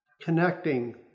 connecting